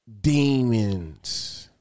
demons